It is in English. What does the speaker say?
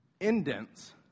indents